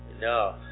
no